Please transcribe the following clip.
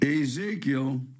Ezekiel